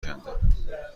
کندم